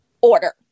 order